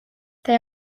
they